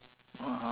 (uh huh)